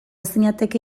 zinateke